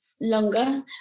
longer